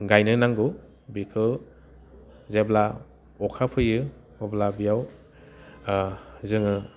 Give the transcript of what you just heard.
गायनो नांगौ बिखौ जेब्ला अखा फैयो अब्ला बियाव जोङो